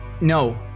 No